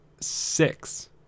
six